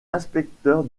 inspecteur